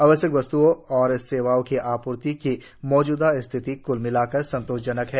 आवश्यक वस्त्ओं और सेवाओं की आपूर्ति की मौजूदा स्थिति कुल मिलाकर संतोषजनक है